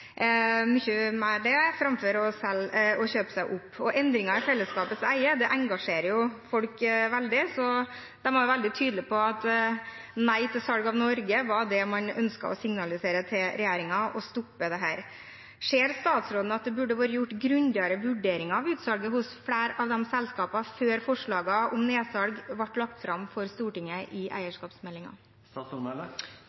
mer det framfor å kjøpe seg opp. Endringer i fellesskapets eie engasjerer folk veldig, så man var veldig tydelig på at nei til salg av Norge og å stoppe dette var det man ønsket å signalisere til regjeringen. Ser statsråden at det burde vært gjort grundigere vurderinger av utsalget hos flere av de selskapene, før forslagene om nedsalg ble lagt fram for Stortinget i